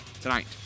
tonight